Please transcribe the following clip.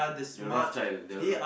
the Rothschild the Roth~